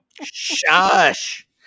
Shush